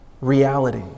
reality